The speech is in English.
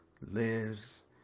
lives